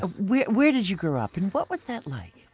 where where did you grow up and what was that like?